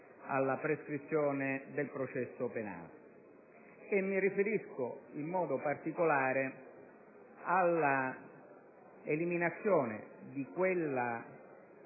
alla prescrizione del processo penale. Mi riferisco in modo particolare alla eliminazione di quella